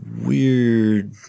weird